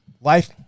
Life